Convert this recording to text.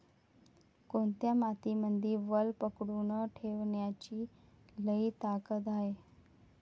कोनत्या मातीमंदी वल पकडून ठेवण्याची लई ताकद हाये?